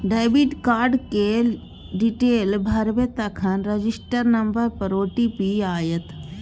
debit card केर detail भरबै तखन रजिस्टर नंबर पर ओ.टी.पी आएत